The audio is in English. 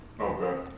Okay